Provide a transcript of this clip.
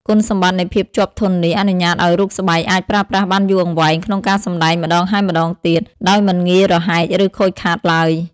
គុណសម្បត្តិនៃភាពជាប់ធន់នេះ អនុញ្ញាតឱ្យរូបស្បែកអាចប្រើប្រាស់បានយូរអង្វែងក្នុងការសម្ដែងម្ដងហើយម្ដងទៀត ដោយមិនងាយរហែក ឬខូចខាតឡើយ។